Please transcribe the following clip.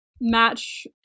match